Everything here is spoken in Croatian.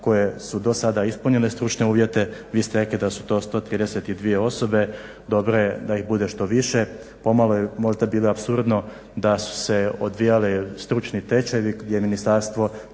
koje su do sada ispunile stručne uvjete, vi ste rekli da su to 132. osobe, dobro je da ih bude što više, pomalo je možda bilo apsurdno da su se odvijale stručni tečajevi gdje Ministarstvo